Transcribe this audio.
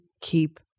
keep